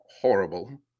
horrible